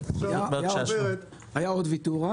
היה עוד ויתור,